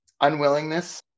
unwillingness